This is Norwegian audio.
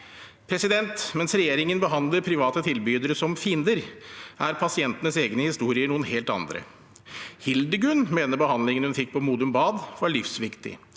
alene. Mens regjeringen behandler private tilbydere som fiender, er pasientenes egne historier noen helt andre: Hildegunn mener behandlingen hun fikk på Modum Bad, var livsviktig.